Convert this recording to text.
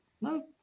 no